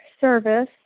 service